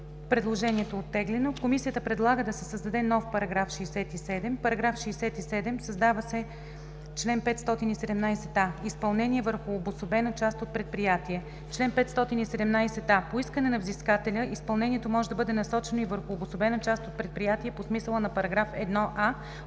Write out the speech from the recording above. Предложението е оттеглено. Комисията предлага да се създаде нов § 67: „§ 67. Създава се чл. 517а: „Изпълнение върху обособена част от предприятие Чл. 517а. По искане на взискателя изпълнението може да бъде насочено и върху обособена част от предприятие по смисъла на § 1а